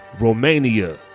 Romania